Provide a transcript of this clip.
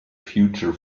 future